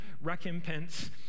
recompense